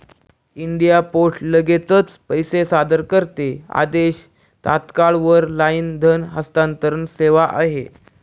India post लगेचच पैसे सादर करते आदेश, तात्काळ वर लाईन धन हस्तांतरण सेवा आहे